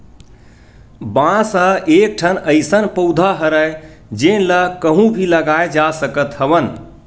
बांस ह एकठन अइसन पउधा हरय जेन ल कहूँ भी लगाए जा सकत हवन